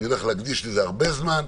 אני הולך להקדיש לזה הרבה זמן,